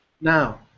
now